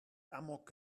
amok